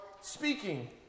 speaking